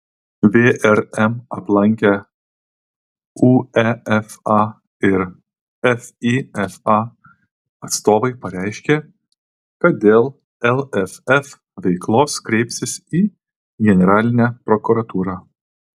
vrm aplankę uefa ir fifa atstovai pareiškė kad dėl lff veiklos kreipsis į generalinę prokuratūrą